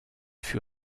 fut